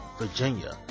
virginia